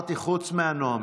אמרתי חוץ מהנואמים.